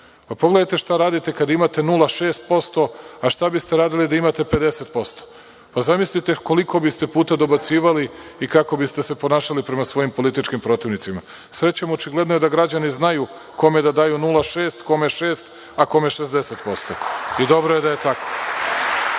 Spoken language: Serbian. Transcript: Pogledajte šta radite kada imate 0,6%, a šta biste radili da imate 50%. Zamislite koliko puta biste dobacivali i kako biste se ponašali prema svojim političkim protivnicima. Srećom očigledno je da građani znaju kome da daju 0,6%, kome šest, a kome 60% i dobro je da je